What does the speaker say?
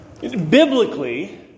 Biblically